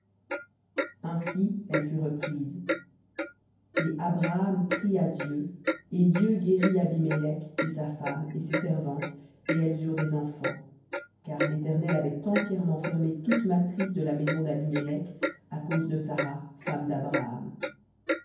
ainsi elle fut reprise et abraham pria dieu et dieu guérit abimélec et sa femme et ses servantes et elles eurent des enfants car l'éternel avait entièrement fermé toute matrice de la maison d'abimélec à cause de sara femme d'abraham